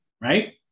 Right